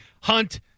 hunt